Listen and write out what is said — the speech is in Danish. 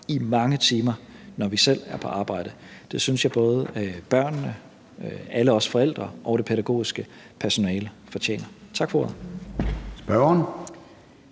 i mange timer, når vi selv er på arbejde. Det synes jeg både børnene, alle os forældre og det pædagogiske personale fortjener. Tak for ordet.